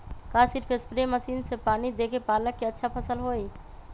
का सिर्फ spray machine से पानी देके पालक के अच्छा फसल होई?